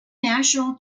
national